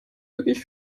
wirklich